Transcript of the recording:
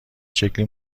شکلی